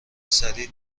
سریع